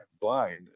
Blind